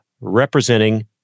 representing